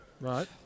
Right